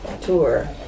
tour